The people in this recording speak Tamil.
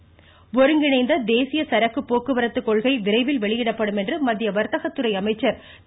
சுரேஷ்பிரபு ஒருங்கிணைந்த தேசிய சரக்கு போக்குவரத்துக் கொள்கை விரைவில் வெளியிடப்படும் என்று மத்திய வர்தக துறை அமைச்சர் திரு